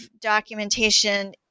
documentation